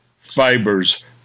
fibers